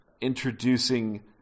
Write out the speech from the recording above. introducing